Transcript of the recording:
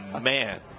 man